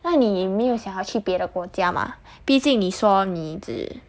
那你没有想要去别的国家吗毕竟你说你只